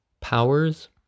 Powers